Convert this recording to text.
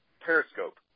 Periscope